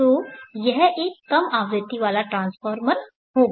तो यह एक कम आवृत्ति वाला ट्रांसफार्मर होगा